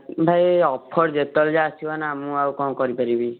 ଭାଇ ଅଫର୍ ଯେତେବେଳେ ଯାହା ଆସିବ ନା ମୁଁ ଆଉ କ'ଣ କରିପାରିବି